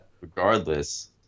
regardless